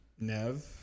Nev